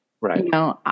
Right